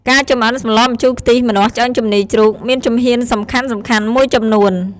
ការចម្អិនសម្លម្ជូរខ្ទិះម្នាស់ឆ្អឹងជំនីរជ្រូក មានជំហានសំខាន់ៗមួយចំនួន។